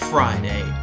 Friday